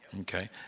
Okay